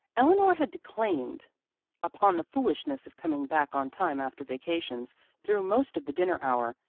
eleanor had declaimed upon the foolishness of coming back on time after vacations through most of the dinner hour,